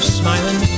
smiling